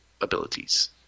abilities